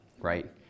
Right